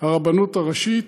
הרבנות הראשית,